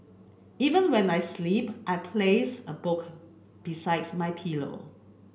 even when I sleep I place a book besides my pillow